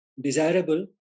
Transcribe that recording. desirable